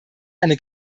eine